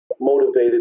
Motivated